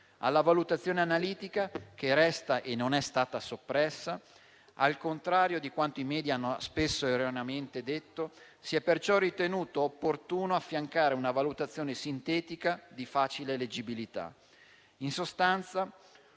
Alla valutazione analitica, che resta e non è stata soppressa, al contrario di quanto i *media* hanno spesso erroneamente detto, si è perciò ritenuto opportuno affiancare una valutazione sintetica di facile leggibilità.